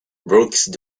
brooks